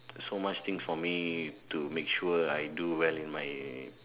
so much thing for me to make sure I do well in my